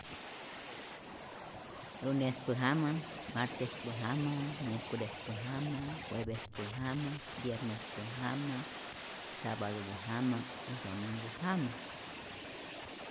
Lunespä jama martespä jama mierculespä jama juevespä jama viernespä jama sapatupä jama dominku jama